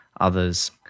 others